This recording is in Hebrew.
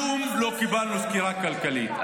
כלום, לא קיבלנו סקירה כלכלית.